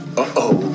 Uh-oh